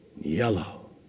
yellow